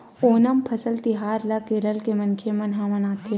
ओनम फसल तिहार ल केरल के मनखे मन ह मनाथे